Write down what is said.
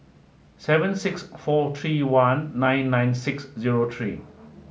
seven six four three one nine nine six zero three